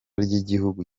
ry’igihugu